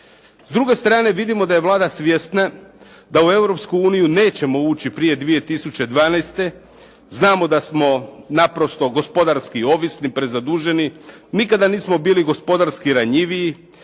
S druge strane vidimo da je Vlada svjesna da u Europsku uniju nećemo ući prije 2012. Znamo da smo naprosto gospodarski ovisni, prezaduženi, nikada nismo bili gospodarski ranjiviji